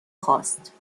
خاست